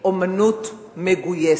אמנות מגויסת.